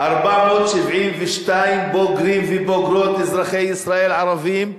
13,472 בוגרים ובוגרות אזרחי ישראל ערבים.